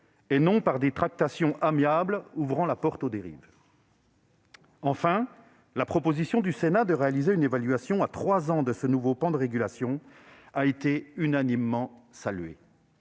et non par des tractations amiables ouvrant la porte à des dérives. Enfin, la proposition du Sénat de réaliser une évaluation à trois ans de ce nouveau pan de régulation a été unanimement saluée.